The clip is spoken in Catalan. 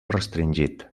restringit